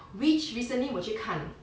which recently 我去看